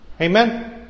Amen